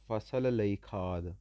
ਫਸਲ ਲਈ ਖਾਦ